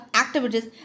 activities